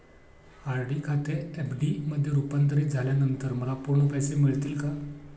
RD खाते FD मध्ये रुपांतरित झाल्यानंतर मला पूर्ण पैसे मिळतील का?